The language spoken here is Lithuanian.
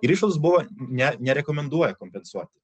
ir išvos buvo ne nerekomenduoja kompensuoti